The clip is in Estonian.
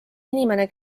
inimene